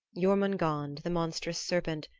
jormungand, the monstrous serpent,